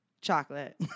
Chocolate